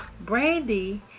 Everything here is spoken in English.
Brandy